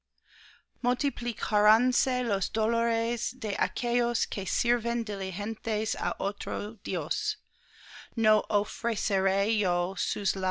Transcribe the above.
multiplicaránse los dolores de aquellos que sirven diligentes á otro dios no